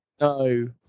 No